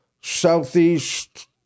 Southeast